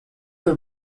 are